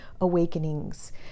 awakenings